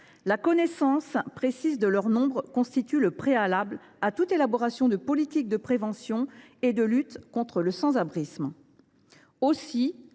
la connaissance précise de leur nombre constitue le préalable à toute élaboration de politique de prévention et de lutte contre le sans abrisme.